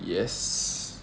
yes